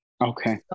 Okay